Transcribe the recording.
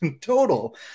total